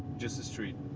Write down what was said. just the street,